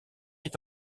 est